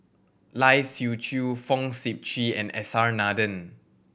Lai Siu Chiu Fong Sip Chee and S R Nathan